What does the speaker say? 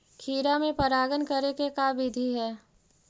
खिरा मे परागण करे के का बिधि है?